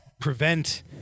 prevent